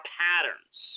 patterns